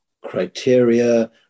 criteria